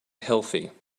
healthy